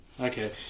Okay